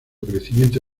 crecimiento